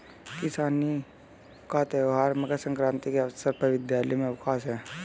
किसानी का त्यौहार मकर सक्रांति के अवसर पर विद्यालय में अवकाश है